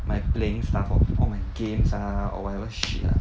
my playing stuff all my games ah or whatever shit lah